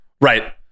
Right